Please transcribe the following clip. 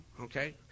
okay